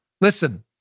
listen